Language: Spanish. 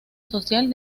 social